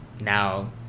now